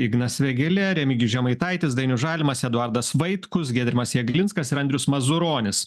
ignas vėgėlė remigijus žemaitaitis dainius žalimas eduardas vaitkus giedrimas jeglinskas ir andrius mazuronis